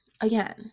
again